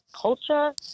culture